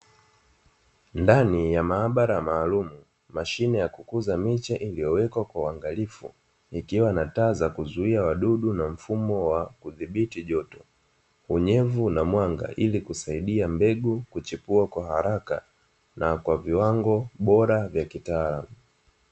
Ndani ya maabara maalum, mashine ya kukuza miche iliyowekwa kwa uangalifu ikiwa na taa za kuzuia wadudu na mfumo wa kuthibiti joto, unyevu na mwanga ili kusaidia mbegu kuchepua kwa haraka na kwa viwango vya kitaalamu.